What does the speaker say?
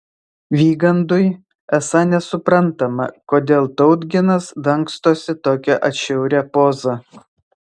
vygandui esą nesuprantama kodėl tautginas dangstosi tokia atšiauria poza